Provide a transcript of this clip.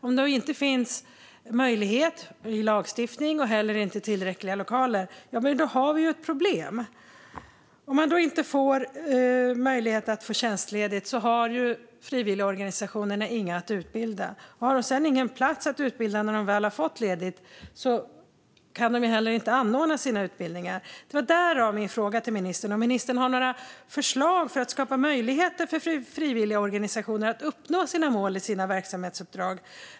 Om det inte finns möjlighet, på grund av lagstiftning och inte heller tillräckliga lokaler, har vi ett problem. Om det inte finns möjlighet att få tjänstledigt har frivilligorganisationerna inga att utbilda och om det sedan inte finns någon plats att utbilda på, när ledighet väl har medgetts, kan de inte heller anordna sina utbildningar. Det är därför jag har ställt min fråga till ministern om han har några förslag för att skapa möjligheter för frivilligorganisationer att uppnå sina mål i sina verksamhetsuppdrag.